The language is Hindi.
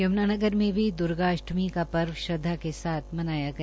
यमुनानगर में भी दुर्गा अष्टमी का पर्व श्रद्धा के साथ मनाया गया